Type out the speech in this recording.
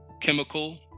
chemical